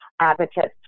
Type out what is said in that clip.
advocates